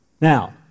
Now